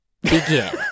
Begin